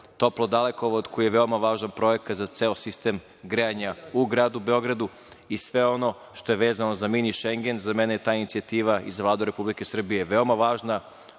toplo-dalekovod koji je veoma važan projekat za ceo sistem grejanja u gradu Beogradu i sve ono što je vezano za „mini Šengen“.Za mene je ta inicijativa i za Vladu Republike Srbije veoma važna,